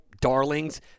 darlings